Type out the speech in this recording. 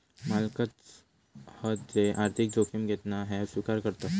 मालकच हत जे आर्थिक जोखिम घेतत ह्या स्विकार करताव